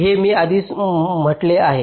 हे मी आधीच ठीक म्हटले आहे